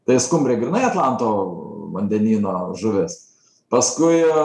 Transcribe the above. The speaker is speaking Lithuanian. tai skumbrė grynai atlanto vandenyno žuvis paskui